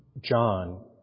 John